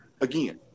again